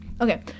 okay